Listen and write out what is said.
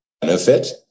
benefit